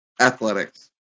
Athletics